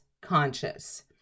conscious